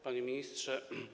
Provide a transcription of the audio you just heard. Panie Ministrze!